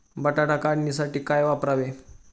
बटाटा काढणीसाठी काय वापरावे?